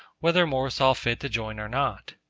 whether more saw fit to join or not.